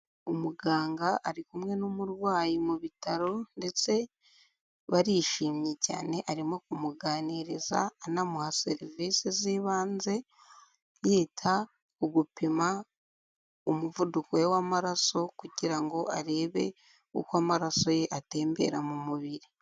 Umuganga ari kumwe n'umurwayi mu bitaro ndetse barishimye cyane arimo kumuganiriza anamuha serivise z'ibanze, yita ku gupima umuvuduko we w'amaraso kugira ngo arebe uko amaraso ye atembera mu mubiri.